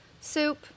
soup